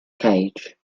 cage